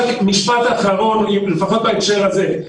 רק משפט אחרון לפחות בהקשר הזה,